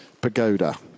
pagoda